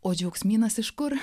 o džiaugsmynas iš kur